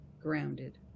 grounded